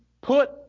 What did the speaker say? put